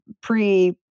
pre